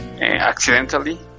accidentally